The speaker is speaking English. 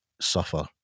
suffer